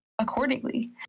accordingly